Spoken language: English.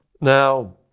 Now